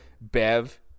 Bev